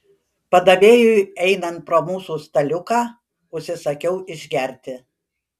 padavėjui einant pro mūsų staliuką užsisakiau išgerti